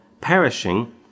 perishing